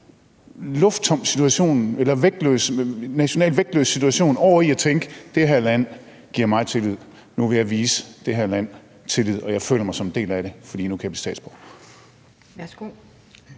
ud af sådan en nationalt vægtløs situation og til at tænke: Det her land viser mig tillid; nu vil jeg vise det her land tillid, og jeg føler mig som en del af det, fordi jeg nu kan blive statsborger?